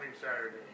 Saturday